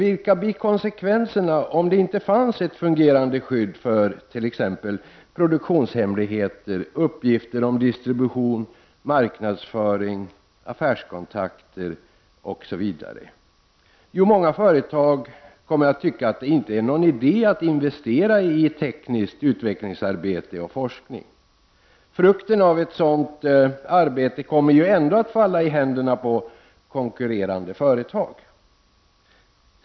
Vilka blir konsekvenserna om det inte finns ett fungerande skydd för t.ex. produktionshemligheter, uppgifter om distribution, marknadsföring, affärskontakter osv.? Jo, många företag kommer att tycka att det inte är någon idé att investera i tekniskt utvecklingsarbete och forskning. Frukten av ett sådant arbete kommer ju ändå att falla i händerna på konkurrerande företag.